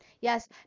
yes